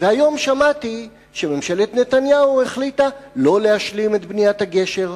והיום שמעתי שממשלת נתניהו החליטה שלא להשלים את בניית הגשר,